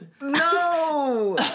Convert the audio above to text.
No